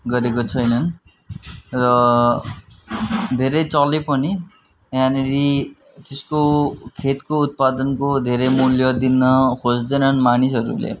गरेको छैनन् र धेरै चले पनि यहाँनेर त्यसको खेतको उत्पादनको धेरै मूल्य दिन खोज्दैनन् मानिसहरूले